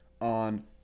on